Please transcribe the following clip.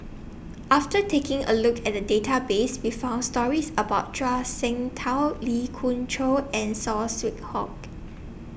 after taking A Look At The Database We found stories about Zhuang Shengtao Lee Khoon Choy and Saw Swee Hock